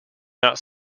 not